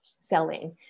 selling